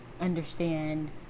understand